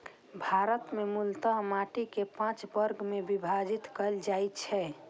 भारत मे मूलतः माटि कें पांच वर्ग मे विभाजित कैल जाइ छै